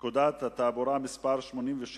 התעבורה (מס' 87)